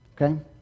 Okay